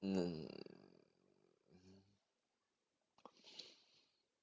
mm